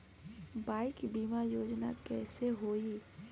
Bike बीमा योजना कैसे होई?